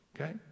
Okay